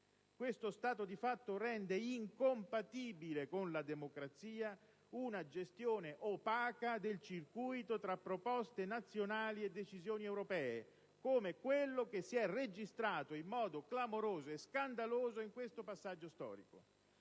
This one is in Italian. Questo dato di fatto rende incompatibile con la democrazia una gestione opaca del circuito tra proposte nazionali e decisioni europee, come quello che si è registrato in modo clamoroso e scandaloso in questo passaggio storico.